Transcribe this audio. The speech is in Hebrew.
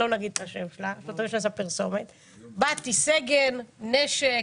אני סגן בצבא, עם נשק.